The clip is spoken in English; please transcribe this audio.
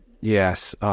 Yes